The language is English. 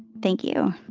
thank you.